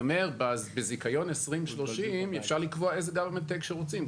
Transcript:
בזיכיון 2030 אפשר לקבוע איזה government take שרוצים.